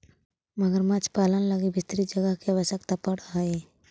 मगरमच्छ पालन लगी विस्तृत जगह के आवश्यकता पड़ऽ हइ